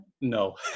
No